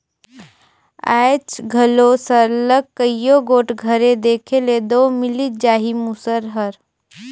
आएज घलो सरलग कइयो गोट घरे देखे ले दो मिलिच जाही मूसर हर